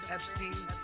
Epstein